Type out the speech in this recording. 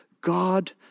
God